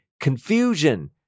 confusion